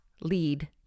lead